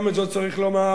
גם את זאת צריך לומר,